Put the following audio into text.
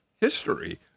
history